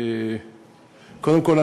קודם כול,